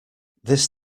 this